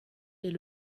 est